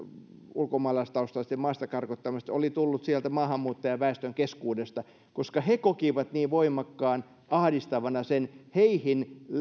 ulkomaalaistaustaisten maasta karkottamisesta oli tullut sieltä maahanmuuttajaväestön keskuudesta koska he kokivat niin voimakkaan ahdistavana sen heihin